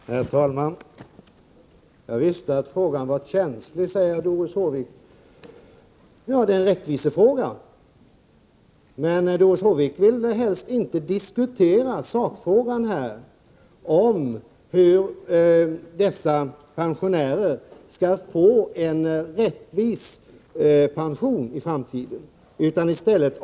Herr talman! Jag visste att frågan var känslig, säger Doris Håvik. Ja, det är en rättvisefråga. Men Doris Håvik vill helst inte diskutera sakfrågan, hur dessa pensionärer i framtiden skall få en rättvis pension. I stället avvisar hon den tanken.